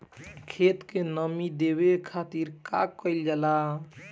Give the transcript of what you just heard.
खेत के नामी देवे खातिर का कइल जाला?